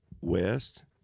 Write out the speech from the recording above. west